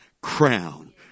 crown